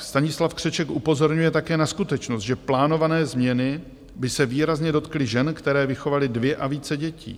Stanislav Křeček upozorňuje také na skutečnost, že plánované změny by se výrazně dotkly žen, které vychovaly dvě a více dětí.